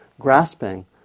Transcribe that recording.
grasping